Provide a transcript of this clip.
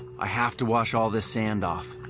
i have to wash all this sand off.